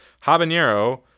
Habanero